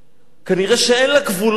כנראה אין לה גבולות.